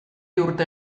urte